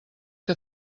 que